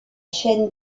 chaîne